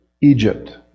Egypt